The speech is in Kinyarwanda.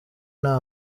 nta